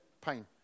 pain